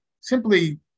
simply